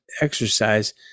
exercise